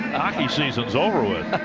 ah hockey season's over with.